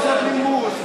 בחוסר נימוס,